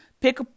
pick